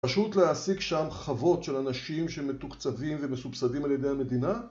פשוט להשיג שם חוות של אנשים שמתוקצבים ומסובסדים על ידי המדינה?